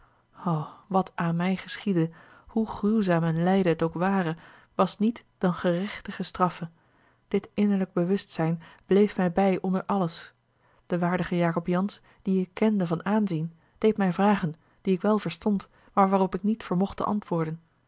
wat aan mij geschiedde hoe gruwzaam een lijden het ook ware was niet dan gerechtige straffe dit innerlijk bewustzijn bleef mij bij onder alles de waardige jacob jansz dien ik kende van aanzien deed mij vragen die ik wel verstond maar waarop ik niet vermocht te antwoorden